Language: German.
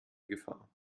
gefahr